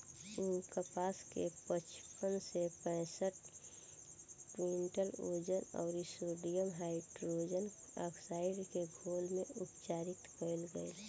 उ कपास के पचपन से पैसठ क्विंटल वजन अउर सोडियम हाइड्रोऑक्साइड के घोल में उपचारित कइल गइल